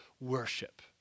worship